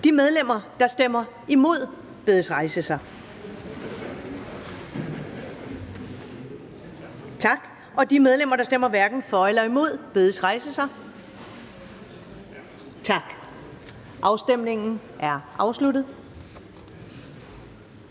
De medlemmer, der stemmer imod, bedes rejse sig. De medlemmer, der stemmer hverken for eller imod, bedes rejse sig. Tak. Afstemningen er afsluttet.